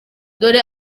dore